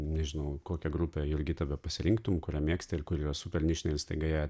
nežinau kokią grupę jurgita bepasirinktum kurią mėgsti ir kuri yra supernišinė ir staiga ją